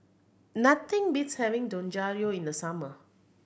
nothing beats having Dangojiru in the summer